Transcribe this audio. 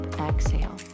exhale